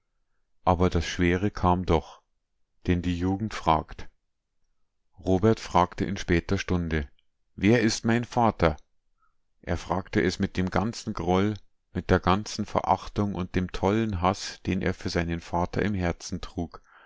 aber das schwere kam doch denn die jugend fragt robert fragte in später stunde wer ist mein vater er fragte es mit dem ganzen groll mit der ganzen verachtung mit dem tollen haß den er für seinen vater im herzen trug